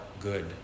good